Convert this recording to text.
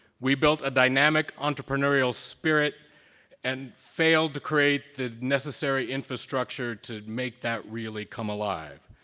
we built a dynamic entrepreneurial spirit and failed to create the necessary infrastructure to make that really come alive.